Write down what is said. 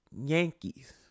Yankees